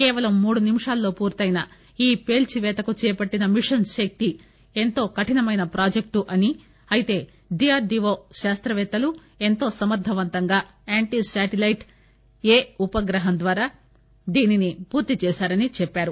కేవలం మూడు నిముషాల్లో పూర్తయిన ఈ పేల్చివేతకు చేపట్టిన మిషన్ శక్తి ఎంతో కఠినమైన ప్రాజెక్టు అని అయితే డీఆర్డీఓ శాస్తవేత్తలు ఎంతో సమర్గవంతంగా యాంటీ శాటిలైట్ ఎ ఉపగ్రహం ద్వారా దీన్సి పూర్తిచేశారని చెప్పారు